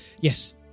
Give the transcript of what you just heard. yes